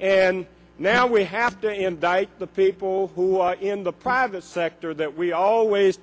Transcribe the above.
and now we have to indict the people who are in the private sector that we always